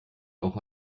auch